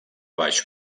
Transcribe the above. baix